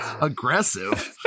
aggressive